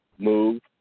Move